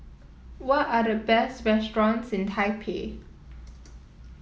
what are the best restaurants in Taipei